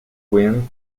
win